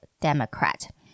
Democrat